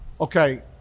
okay